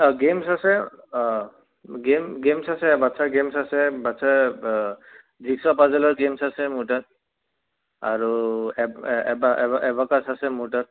অ' games আছে game games আছে বাচ্ছাৰ গে'মছ আছে বাচ্ছা জিগছ' পজলৰ গে'মছ আছে মোৰ তাত আৰু এবাকাছ আছে মোৰ তাত